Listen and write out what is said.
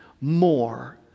more